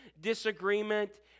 disagreement